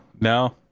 no